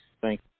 Thank